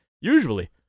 Usually